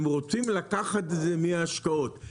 הם רוצים לקחת את זה מההשקעות.